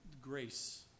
grace